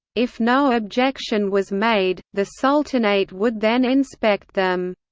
if no objection was made, the sultanate would then inspect them.